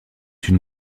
une